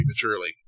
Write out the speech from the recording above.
prematurely